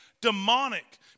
demonic